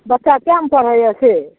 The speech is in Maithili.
बच्चा कए मे पढ़ैए से